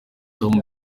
tom